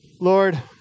Lord